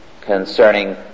concerning